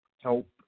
help